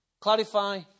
Clarify